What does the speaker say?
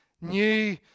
new